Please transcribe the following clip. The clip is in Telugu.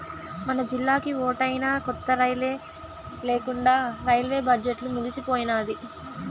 మనజిల్లాకి ఓటైనా కొత్త రైలే లేకండా రైల్వే బడ్జెట్లు ముగిసిపోయినాది